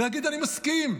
ויגיד: אני מסכים,